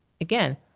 again